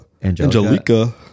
Angelica